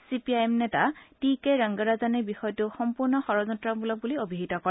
C P I M নেতা টি কে ৰংগৰাজনে বিষয়টো সম্পূৰ্ণ ষড়যন্ত্ৰমূলক বুলি অভিহিত কৰে